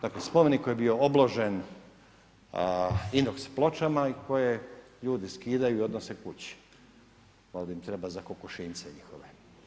Dakle spomenik koji je bio obložen inox pločama i koje ljudi skidaju i odnose kući, valjda im treba za kokošinjce njihove.